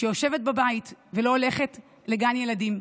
שיושבת בבית ולא הולכת לגן ילדים.